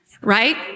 right